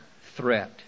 threat